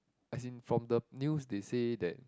as in from the news they say that